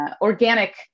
organic